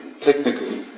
technically